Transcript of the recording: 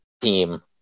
team